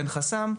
אין חסם,